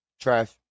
trash